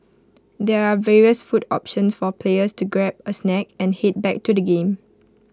there are various food options for players to grab A snack and heed back to the game